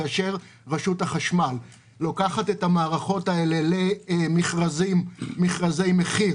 כאשר רשות החשמל לוקחת את המערכות האלה למכרזי מחיר